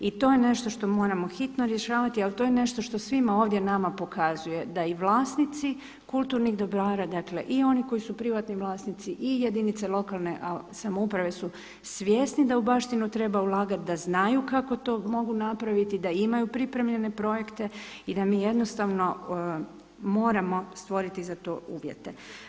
I to je nešto što moramo hitno rješavati ali to je nešto što svima ovdje nama pokazuje da i vlasnici kulturnih dobara dakle i onih koji su privatni vlasnici i jedinice lokalne samouprave su svjesni da u baštinu treba ulagati, da znaju kako to mogu napraviti, da imaju pripremljene projekte i da mi jednostavno moramo stvoriti za to uvjete.